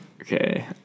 Okay